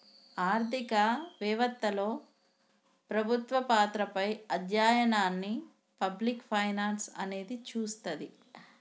ఆర్థిక వెవత్తలో ప్రభుత్వ పాత్రపై అధ్యయనాన్ని పబ్లిక్ ఫైనాన్స్ అనేది చూస్తది